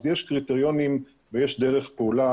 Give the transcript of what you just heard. אז יש קריטריונים ויש דרך פעולה,